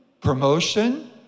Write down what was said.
promotion